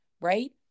right